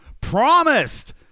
promised